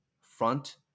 front